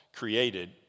Created